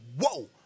Whoa